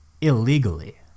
illegally